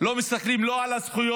לא מסתכלים לא על הזכויות